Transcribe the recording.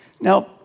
Now